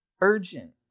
urgent